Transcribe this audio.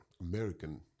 American